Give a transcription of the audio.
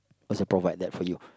cause they provide that for you